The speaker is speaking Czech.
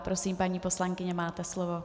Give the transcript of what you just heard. Prosím, paní poslankyně, máte slovo.